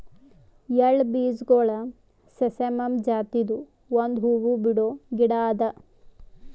ಎಳ್ಳ ಬೀಜಗೊಳ್ ಸೆಸಾಮಮ್ ಜಾತಿದು ಒಂದ್ ಹೂವು ಬಿಡೋ ಗಿಡ ಅದಾ